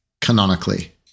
canonically